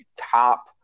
top